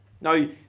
Now